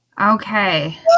Okay